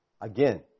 again